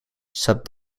sub